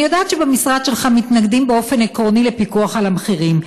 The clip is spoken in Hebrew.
אני יודעת שבמשרד שלך מתנגדים באופן עקרוני לפיקוח על המחירים,